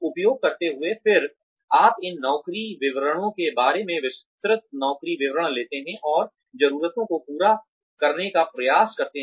उपयोग करते हुए फिर आप इन नौकरी विवरणों के बारे में विस्तृत नौकरी विवरण लेते हैं और ज़रूरतों को पूरा करने का प्रयास करते हैं